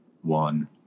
one